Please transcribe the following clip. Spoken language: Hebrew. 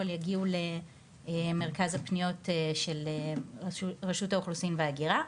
יגיעו למרכז הפניות של רשות האוכלוסין וההגירה,